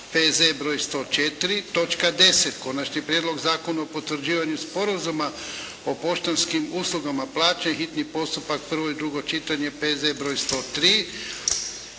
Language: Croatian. točka 10.: - Konačni prijedlog zakona o potvrđivanju Sporazuma o poštanskim uslugama plaćanja, hitni postupak, prvo i drugo čitanje, P.Z. br. 103,